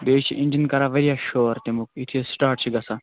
بیٚیہِ چھُ اِنٛجن کَران وارِیاہ شور تمیُک یُتھٕے یہِ سٹاٹ چھِ گژھان